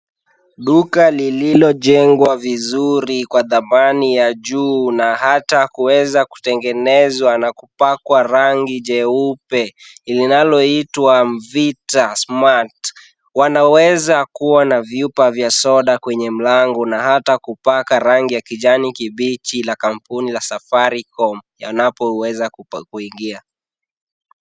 Duka lililojengwa vizuri kwa thamani ya juu na hata kuweza kutengenezwa na pakwa rangi nyeupe, linaloitwa Mvita Smart. Wanaweza kuwa na vyupa za soda kwenye mlango na hata kupaka rangi ya kijani kibichi ya kampuni ya Safaricom kwenye mlango, yanapoweza kuingia.